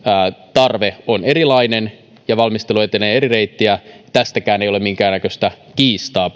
tarve on erilainen ja valmistelu etenee eri reittiä tästäkään ei ole minkäännäköistä kiistaa